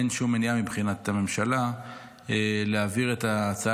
אין שום מניעה מבחינת הממשלה להעביר את ההצעה